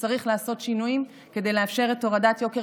וצריך לעשות שינויים כדי לאפשר את הורדת יוקר